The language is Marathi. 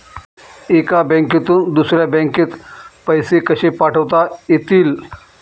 एका बँकेतून दुसऱ्या बँकेत पैसे कसे पाठवता येतील?